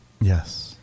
yes